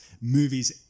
movies